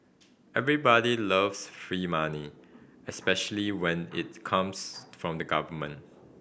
everybody loves free money especially when it comes from the government